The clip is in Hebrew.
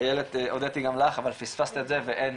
איילת הודיתי גם לך אבל פספסת את זה ואין